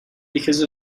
because